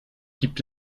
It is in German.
gibt